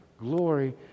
glory